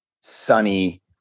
sunny